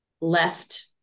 left